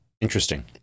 Interesting